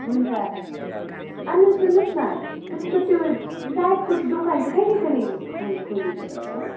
हुन्छ अनि त सुन्नुहोस् न तपाईँको त्यो चाटको त दोकान चाहिँ कहिले कहिले खोल् खोल्लिन्छ तपाईँको